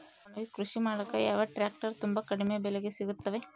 ನಮಗೆ ಕೃಷಿ ಮಾಡಾಕ ಯಾವ ಟ್ರ್ಯಾಕ್ಟರ್ ತುಂಬಾ ಕಡಿಮೆ ಬೆಲೆಗೆ ಸಿಗುತ್ತವೆ?